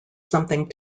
something